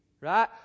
Right